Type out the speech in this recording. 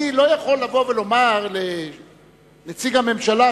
אני לא יכול לומר לנציג הממשלה,